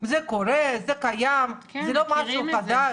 זה קורה, זה קיים, זה לא משהו חדש.